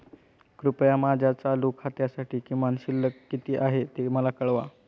कृपया माझ्या चालू खात्यासाठी किमान शिल्लक किती आहे ते मला कळवा